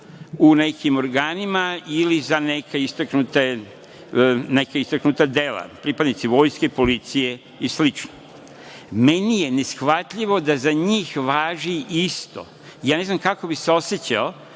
u nekim organima ili za neka istaknuta dela pripadnici vojske, policije i slično. Meni je neshvatljivo da za njih važi isto. Ja ne znam kako bi se osećao